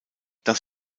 das